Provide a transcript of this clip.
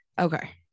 Okay